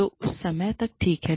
तो उस समय तक ठीक है